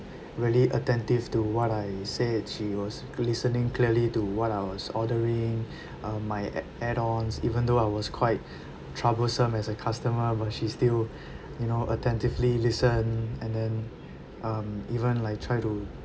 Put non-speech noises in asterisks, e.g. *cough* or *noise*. really attentive to what I said she was listening clearly to what I was ordering *breath* uh my a~ add ons even though I was quite *breath* troublesome as a customer but she still *breath* you know attentively listen and then um even like try to